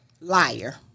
Liar